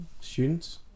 students